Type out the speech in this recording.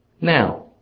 Now